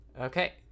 Okay